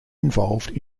involved